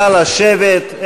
נא לשבת,